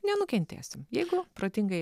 nenukentėsim jeigu protingai